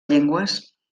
llengües